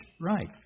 Right